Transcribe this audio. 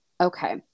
Okay